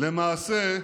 אבל למעשה,